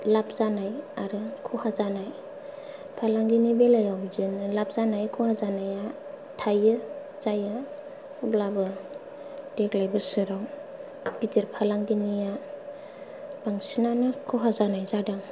लाब जानाय आरो खहा जानाय फालांगिनि बेलायाव बिदिनो लाब जानाय खहा जानाया थायो जायो होमब्लाबो देग्लाय बोसोराव गिदिर फालांगिनिया बांसिनानो खहा जानाय जादों